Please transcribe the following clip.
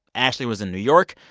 ashley was in new york.